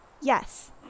Yes